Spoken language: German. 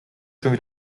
schon